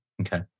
Okay